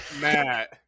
Matt